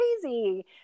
crazy